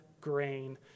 grain